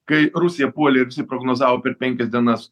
kai rusija puolė ir visi prognozavo per penkias dienas